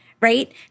right